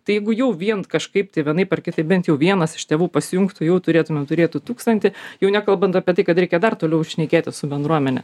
tai jeigu jau vien kažkaip tai vienaip ar kitaip bent jau vienas iš tėvų pasijungtų jau turėtumėm turėtų tūkstantį jau nekalbant apie tai kad reikia dar toliau šnekėtis su bendruomene